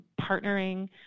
partnering